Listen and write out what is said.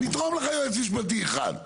נתרום לך יועץ משפטי אחד.